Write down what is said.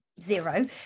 zero